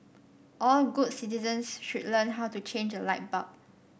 all good citizens should learn how to change a light bulb